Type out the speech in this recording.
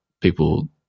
people